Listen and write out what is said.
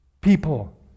people